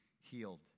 healed